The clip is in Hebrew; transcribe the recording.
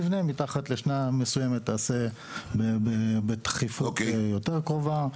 למבנה מעל גיל מסוים תעשה בדיקה בתכיפות יותר קרובה.